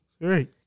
Right